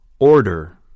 Order